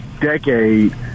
decade